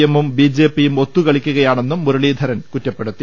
M ഉം ബിജെപിയും ഒത്തുകളിക്കുകയാ ണെന്നും മുരളീധരൻ കുറ്റപ്പെടുത്തി